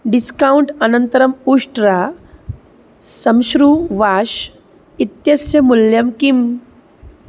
discount अनन्तरम् उष्ट्रः संश्रू वाश् इत्यस्य मूल्यं किम्